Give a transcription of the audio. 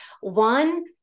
One